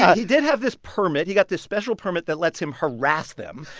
he did have this permit. he got this special permit that lets him harass them.